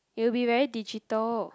it will be very digital